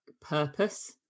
purpose